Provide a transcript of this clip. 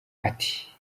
ati